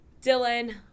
Dylan